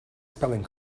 spelling